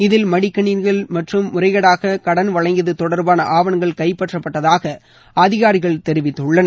இதில் மடிகணினிகள் மற்றும் முறைகேடாக கடன் வழங்கியது தொடர்பான ஆவணங்கள் கைப்பற்றப்பட்டதாக அதிகாரிகள் தெரிவித்துள்ளனர்